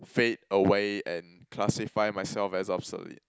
fade away and classify myself as obsolete